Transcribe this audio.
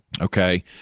Okay